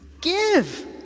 give